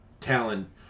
talent